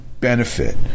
benefit